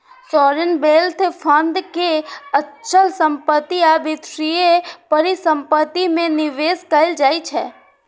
sovereign wealth fund के अचल संपत्ति आ वित्तीय परिसंपत्ति मे निवेश कैल जाइ छै